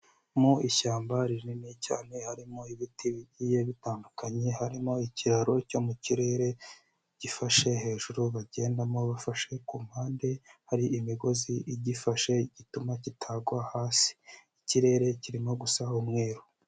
Mu ishyamba rinini cyane harimo ibiti bigiye bitandukanye, harimo ikiraro cyo mu kirere gifashe hejuru bagendamo bafashe ku mpande, hari imigozi igifashe ituma kitagwa hasi, ikirere kirimo gusa umweru.